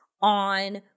on